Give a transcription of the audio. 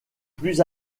plus